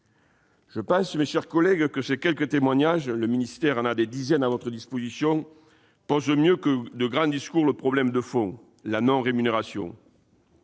survit. » Mes chers collègues, je pense que ces quelques témoignages- le ministère en tient des dizaines à votre disposition -posent mieux que de grands discours le problème de fond : la non-rémunération.